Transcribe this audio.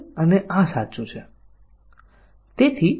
કે તેનું સાચુ કે ખોટુ મૂલ્ય છે